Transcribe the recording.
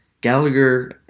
Gallagher